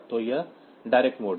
तो वह direct mode है